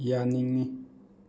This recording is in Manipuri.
ꯌꯥꯅꯤꯡꯉꯤ